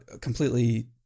completely